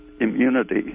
immunity